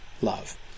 love